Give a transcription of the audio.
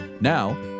Now